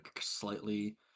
slightly